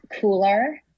cooler